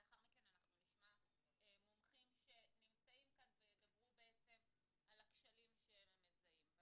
לאחר מכן אנחנו נשמע מומחים שנמצאים כאן וידברו על הכשלים שהם מזהים.